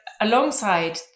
alongside